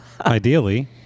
ideally